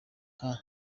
nka